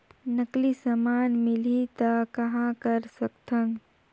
नकली समान मिलही त कहां कर सकथन?